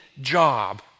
job